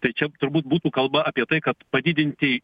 tai čia turbūt būtų kalba apie tai kad padidinti